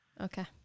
Okay